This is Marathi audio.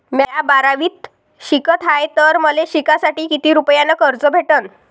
म्या बारावीत शिकत हाय तर मले शिकासाठी किती रुपयान कर्ज भेटन?